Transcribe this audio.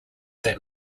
that